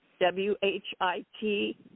W-H-I-T